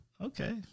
Okay